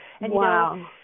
Wow